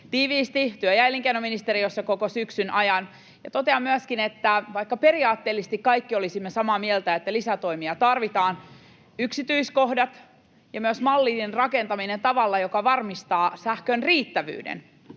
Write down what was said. tiiviisti työ- ja elinkeinoministeriössä koko syksyn ajan. Totean myöskin, että vaikka periaatteellisesti kaikki olisimme samaa mieltä, että lisätoimia tarvitaan, yksityiskohdat ja myös mallin rakentaminen tavalla, joka varmistaa sähkön riittävyyden,